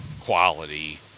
quality